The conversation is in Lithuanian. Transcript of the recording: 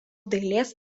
dailės